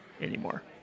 anymore